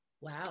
Wow